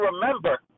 remember